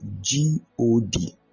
G-O-D